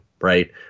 right